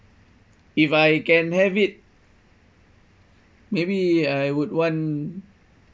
if I can have it maybe I would want